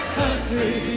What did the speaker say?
country